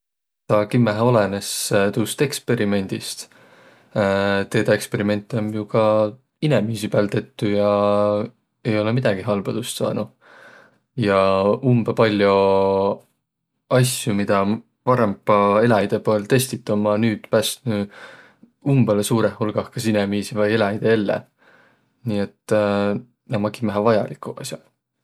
Taa kimmähe olõnõs tuust eksperimendist, teedäq eksperimente om jo ka inemiisi pääl tettüq ja ei olõq midägi halba tuust saanuq. Ja umbõ pall'o asjo, midä om varrampa eläjide pääl testit, ummaq nüüd pästnüq umbõlõ suurõh hulgah kas inemiisi vai eläjide elle. Nii, et näq ummaq kimmähe vajaliguq as'aq.